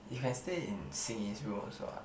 you can stay in Xin-Yi room also what